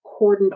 cordoned